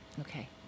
okay